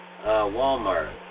Walmart